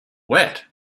wet